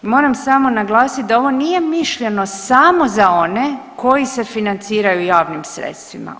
Moram samo naglasiti da ovo nije mišljeno samo za one koji se financiraju javnim sredstvima.